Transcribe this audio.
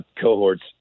cohorts